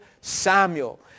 Samuel